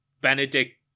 Benedict